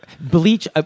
Bleach